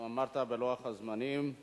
גם עמדת בלוח הזמנים.